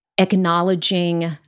acknowledging